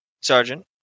sergeant